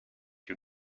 you